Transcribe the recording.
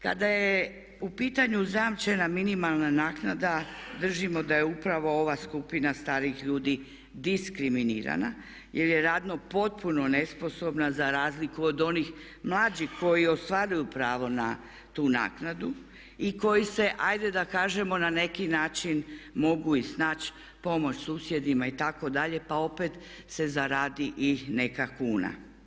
Kada je u pitanju zajamčena minimalna naknada držimo da je upravo ova skupina starijih ljudi diskriminirana jer je radno potpuno nesposobna za razliku od onih mlađih koji ostvaruju pravo na tu naknadu i koji se ajde da kažemo na neki način mogu i snaći, pomoći susjedima itd. pa opet se zaradi i neka kuna.